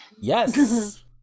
Yes